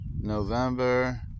November